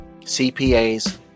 CPAs